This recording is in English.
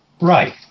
Right